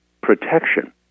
protection